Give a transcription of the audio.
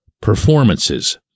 performances